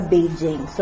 Beijing